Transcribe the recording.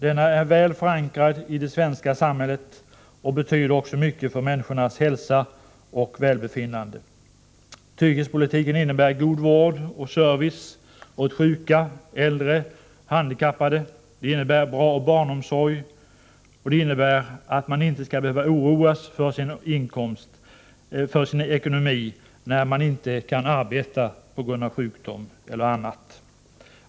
Denna är väl förankrad i det svenska samhället och betyder mycket för människornas hälsa och välbefinnande. Trygghetspolitiken innebär god vård och service åt sjuka, äldre och handikappade, och den innebär bra barnomsorg och att man inte skall behöva oroas för sin ekonomi när man inte kan arbeta på grund av sjukdom eller annat.